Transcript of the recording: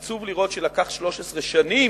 עצוב לראות שלקח 13 שנים